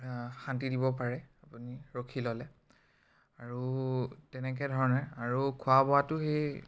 শান্তি দিব পাৰে আপুনি ৰখি ল'লে আৰু তেনেকৈ ধৰণে আৰু খোৱা বোৱাতো সেই